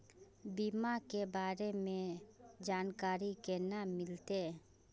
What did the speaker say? बीमा के बारे में जानकारी केना मिलते?